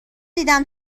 دیدم